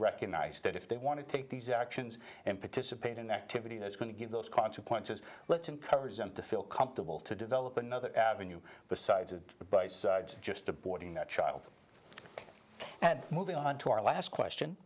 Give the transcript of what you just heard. recognize that if they want to take these actions and participate in an activity that's going to give those consequences let's encourage them to feel comfortable to develop another avenue besides of advice just aborting that child and moving on to our last question